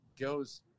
goes